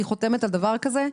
היא חותמת על דבר כזה.